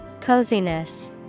Coziness